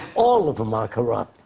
all of them are corrupt.